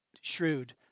shrewd